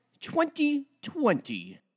2020